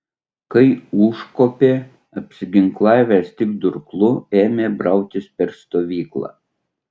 kai užkopė apsiginklavęs tik durklu ėmė brautis per stovyklą